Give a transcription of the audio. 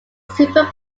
super